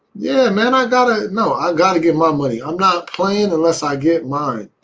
yeah, man, i've got to know. i'm gonna get my money. i'm not playing unless i get mine.